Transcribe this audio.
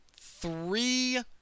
three